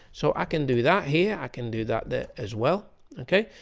so i can do that here i can do that there as well ok.